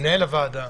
למנהל הוועדה.